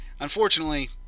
unfortunately